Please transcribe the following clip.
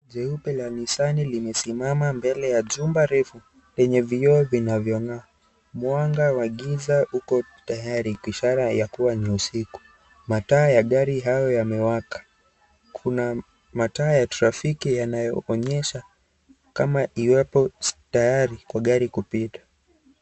Gari jeupe la Nisani limesimama mbele ya jumba refu lenye vio vinavyong'aa. Mwanga wa giza uko tayari ishara ya kuwa ni usiku. Mataa ya gari hio yamewaka. Kuna mataa ya trafiki yanayoonyesha kama iwapo tayari kwa gari kupita.